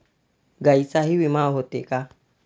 गायींचाही विमा होते का?